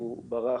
הוא ברח,